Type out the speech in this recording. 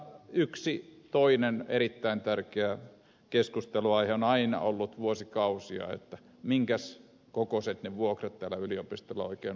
yksi toinen erittäin tärkeä keskustelunaihe on aina ollut vuosikausia minkäs kokoiset ne vuokrat täällä yliopistolla oikein ovat